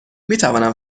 میتوانم